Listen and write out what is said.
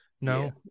No